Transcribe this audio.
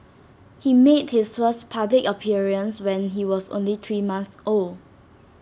he made his first public appearance when he was only three month old